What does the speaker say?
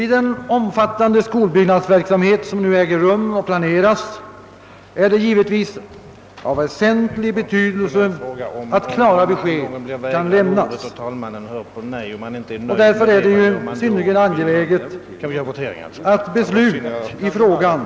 I den omfattande skolbyggnadsverksamhet som pågår och planeras är det givetvis av väsentlig betydelse att klara besked kan lämnas. Det är därför synnerligen angeläget att beslut i frågan så snart som möjligt kan fattas.